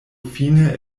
fine